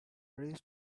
prays